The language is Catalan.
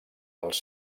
els